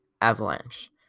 Avalanche